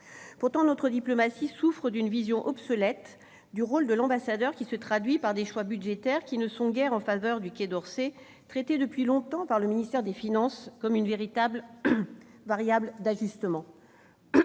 Pourtant, notre diplomatie souffre d'une vision obsolète du rôle de l'ambassadeur, se traduisant par des choix budgétaires qui ne sont guère en faveur du Quai d'Orsay, traité depuis longtemps par le ministère des finances comme une variable d'ajustement.